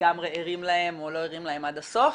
לגמרי ערים להן או לא ערים להן עד הסוף,